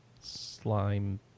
slime